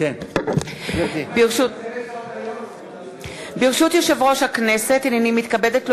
ברשות יושב-ראש הכנסת, הנני מתכבדת להודיעכם,